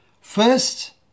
First